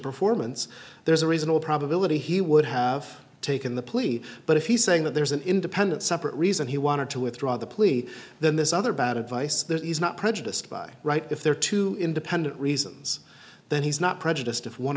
performance there's a reasonable probability he would have taken the police but if he's saying that there's an independent separate reason he wanted to withdraw the plea then this other bad advice there is not prejudiced by right if there are two independent reasons then he's not prejudiced if one